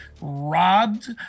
robbed